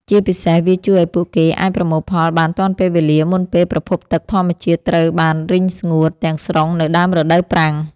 ជាពិសេសវាជួយឱ្យពួកគេអាចប្រមូលផលបានទាន់ពេលវេលាមុនពេលប្រភពទឹកធម្មជាតិត្រូវបានរីងស្ងួតទាំងស្រុងនៅដើមរដូវប្រាំង។